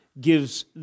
gives